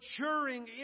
maturing